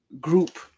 group